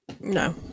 no